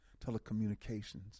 telecommunications